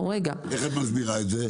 איך את מסבירה את זה?